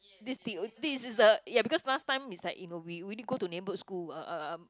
this deal this is the ya because last time it's like you know we we only go to neighborhood school uh uh um